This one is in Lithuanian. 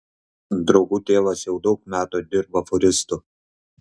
draugų tėvas jau daug metų dirba fūristu